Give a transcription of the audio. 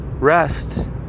rest